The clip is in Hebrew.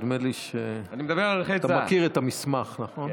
נדמה לי שאתה מכיר את המסמך, נכון?